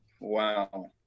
Wow